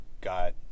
got